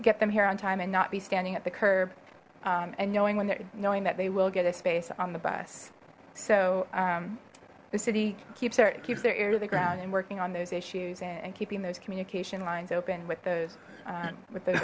get them here on time and not be standing at the curb and knowing when they're knowing that they will get a space on the bus so the city keeps her it keeps their ear to the ground and working on those issues and keeping those communication lines open with those with th